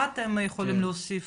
מה אתם יכולים להוסיף